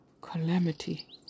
Calamity